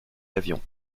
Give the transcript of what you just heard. l’avion